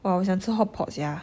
!wah! 我想吃 hotpot sia